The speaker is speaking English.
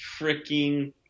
freaking